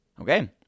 okay